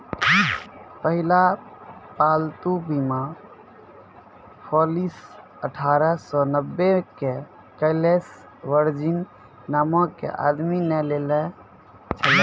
पहिला पालतू बीमा पॉलिसी अठारह सौ नब्बे मे कलेस वर्जिन नामो के आदमी ने लेने छलै